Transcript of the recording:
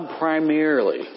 primarily